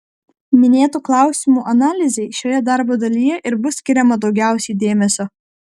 minėtų klausimų analizei šioje darbo dalyje ir bus skiriama daugiausiai dėmesio